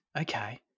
Okay